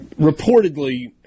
Reportedly